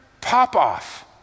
Popoff